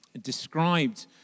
described